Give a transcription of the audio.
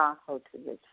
ହଁ ହଉ ଠିକ୍ ଅଛି